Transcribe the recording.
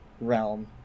realm